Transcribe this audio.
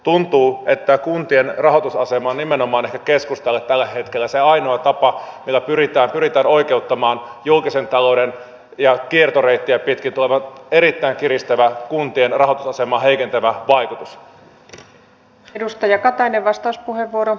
tuntuu että kuntien rahoitusasemasta puhuminen on nimenomaan keskustalle ehkä tällä hetkellä se ainoa tapa millä pyritään oikeuttamaan julkisen talouden toimien ja sen kautta kiertoreittiä pitkin tuleva erittäin kiristävä kuntien rahoitusasemaa heikentävä vaikutus